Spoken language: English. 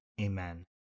Amen